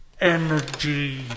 Energy